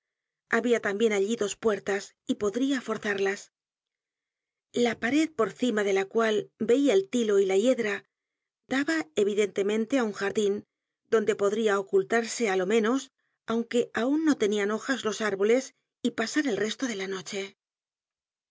habia tambien allí dos puertas y podría forzarlas la pared por cima de la cual veia el tilo y la hiedra daba evidentemente á un jardin donde podría ocultarse á lo menos aunque aun no tenían hojas los árboles y pasar el resto de la noche